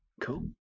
Cool